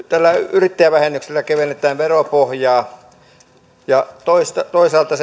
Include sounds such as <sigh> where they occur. yrittäjävähennyksellä kevennetään veropohjaa ja toisaalta <unintelligible>